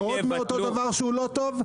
עוד מאותו דבר שהוא לא טוב?